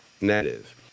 Native